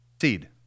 seed